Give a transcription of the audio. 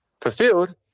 fulfilled